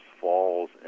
falls